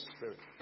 Spirit